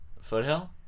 Foothill